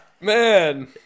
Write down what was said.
Man